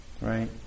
right